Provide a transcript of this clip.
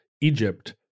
Egypt